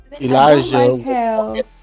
elijah